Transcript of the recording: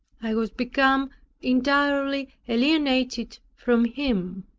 i was become entirely alienated from him.